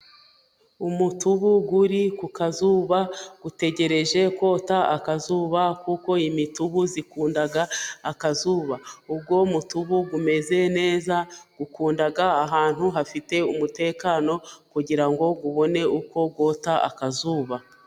Umutubu uri ku kazuba utegereje kota akazuba, kuko imitubu ikunda akazuba uwo mutubu umeze neza, ukunda ahantu hafite umutekano kugira ngo ubone uko wota akazuba.